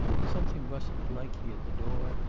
something rustled lightly at the door,